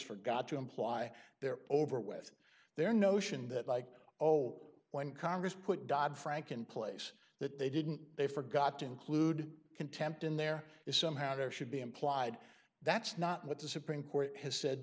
forgot to imply there over with their notion that like oh when congress put dodd frank in place that they didn't they forgot to include contempt in there is somehow there should be implied that's not what the supreme court has said